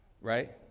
right